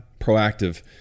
proactive